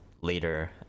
later